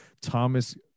Thomas